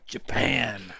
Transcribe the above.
Japan